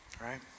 right